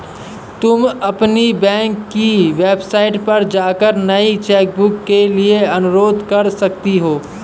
तुम अपनी बैंक की वेबसाइट पर जाकर नई चेकबुक के लिए अनुरोध कर सकती हो